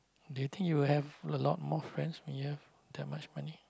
do you think you will have a lot more friends when you have that much money